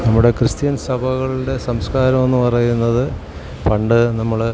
നമ്മുടെ ക്രിസ്ത്യൻ സഭകളുടെ സംസ്കാരമെന്ന് പറയുന്നത് പണ്ടു നമ്മൾ